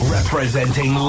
Representing